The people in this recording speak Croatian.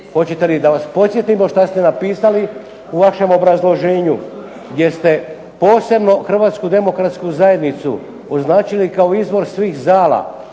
Hoćete li da vas podsjetimo šta ste napisali u vašem obrazloženju, gdje ste posebno Hrvatsku demokratsku zajednicu označili kao izvor svih zala,